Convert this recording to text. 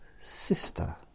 Sister